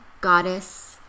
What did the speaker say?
Goddess